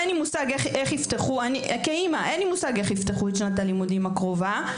ואין לי מושג כאימא איך יפתחו את שנת הלימודים הקרובה.